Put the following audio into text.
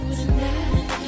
tonight